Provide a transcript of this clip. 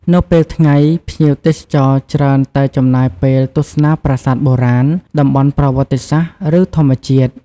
នៅពេលថ្ងៃ ភ្ញៀវទេសចរច្រើនតែចំណាយពេលទស្សនាប្រាសាទបុរាណ តំបន់ប្រវត្តិសាស្ត្រ ឬធម្មជាតិ។